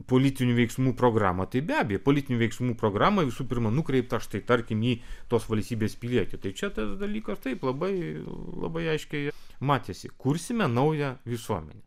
politinių veiksmų programą tai be abejo politinių veiksmų programa visų pirma nukreipta štai tarkim į tos valstybės pilietį tai čia tas dalykas taip labai labai aiškiai matėsi kursime naują visuomenę